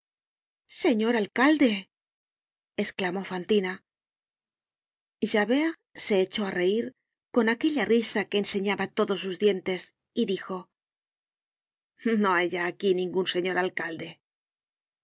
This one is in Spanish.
señor alcalde esclamó fantina javert se echó á reir con aquella risa que enseñaba todos sus dientes y dijo no hay ya aquí ningun señor alcalde